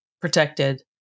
protected